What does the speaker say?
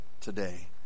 today